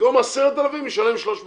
ובמקום 10,000 שקל הוא ישלם 300 שקל.